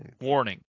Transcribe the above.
Warning